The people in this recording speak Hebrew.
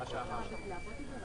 (הישיבה נפסקה בשעה 10:25 ונתחדשה בשעה